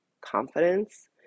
confidence